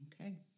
Okay